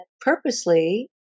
purposely